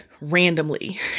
randomly